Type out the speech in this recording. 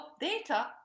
data